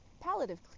palliative